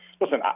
Listen